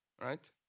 right